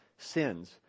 sins